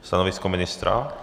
Stanovisko ministra?